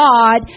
God